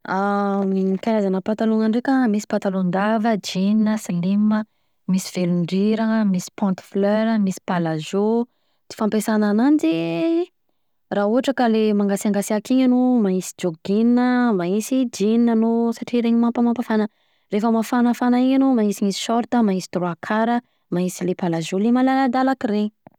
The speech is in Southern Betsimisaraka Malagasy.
Karazana patalona ndreka misy pantalon-dava, jean, slim, misy velon-drirana misy pantefleur, misy palazzo fampiasana ananjy raha ohatra ka le mangasiangasiaka iny anao manisy jogging manisy jean anao satria, reny mampafanafana, rehefa mafanafana iny anao manisinisy short, manisy trois-quart manisy le palazo le malaladalaka reny.